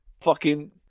fucking-